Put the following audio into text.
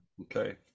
Okay